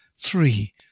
Three